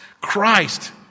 Christ